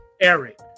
Eric